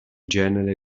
genere